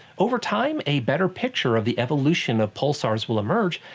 over time, a better picture of the evolution of pulsars will emerge,